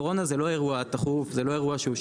קורונה זה לא אירוע תכוף ושכיח.